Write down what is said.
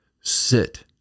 sit